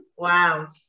Wow